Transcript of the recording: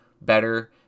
better